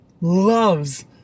loves